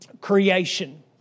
creation